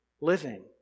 living